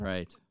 Right